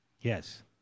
Yes